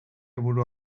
burua